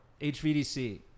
HVDC